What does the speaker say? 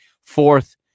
fourth